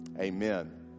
Amen